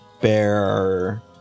bear